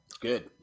good